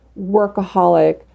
workaholic